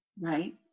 Right